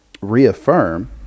reaffirm